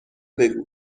بگو